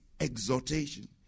exhortation